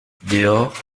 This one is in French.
dehors